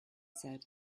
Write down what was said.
said